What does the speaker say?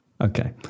okay